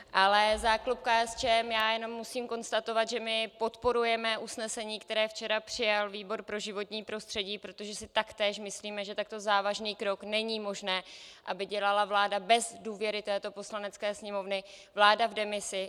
Ale za klub KSČM jenom musím konstatovat, že podporujeme usnesení, které včera přijal výbor pro životní prostředí, protože si taktéž myslíme, že takto závažný krok není možné, aby dělala vláda bez důvěry této Poslanecké sněmovny, vláda v demisi.